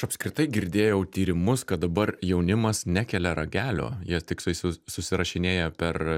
aš apskritai girdėjau tyrimus kad dabar jaunimas nekelia ragelio jie tik su susirašinėja per